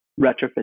retrofit